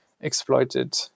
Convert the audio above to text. exploited